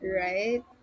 Right